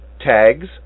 tags